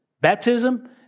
baptism